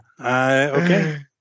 Okay